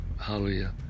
Hallelujah